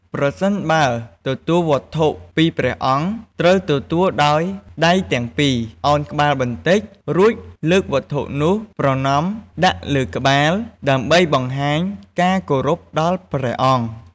ប្រសិនបើទទួលវត្ថុពីព្រះអង្គ ត្រូវទទួលដោយដៃទាំងពីរ ឱនក្បាលបន្តិច រួចលើកវត្ថុនោះប្រណម្យដាក់លើក្បាល ដើម្បីបង្ហាញការគោរពដល់ព្រះអង្គ។